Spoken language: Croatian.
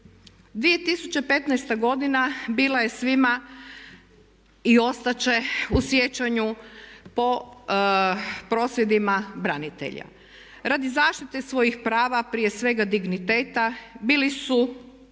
2015.godina bila je svima i ostat će u sjećanju po prosvjedima branitelja. Radi zaštite svojih prava, prije svega digniteta bili su